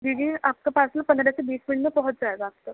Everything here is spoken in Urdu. جی جی آپ کا پارسل پندرہ سے بیس منٹ میں پہنچ جائے گا آپ تک